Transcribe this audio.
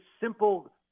simple